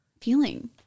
feeling